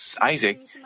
Isaac